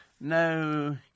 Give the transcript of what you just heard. No